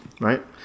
Right